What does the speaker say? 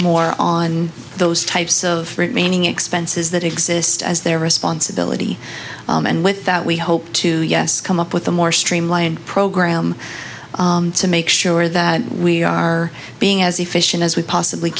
more on those types of remaining expenses that exist as their responsibility and with that we hope to yes come up with a more streamlined program to make sure that we are being as efficient as we possibly